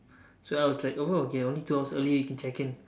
so I was like oh okay only two hours early can check in